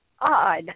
Odd